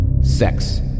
Sex